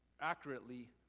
accurately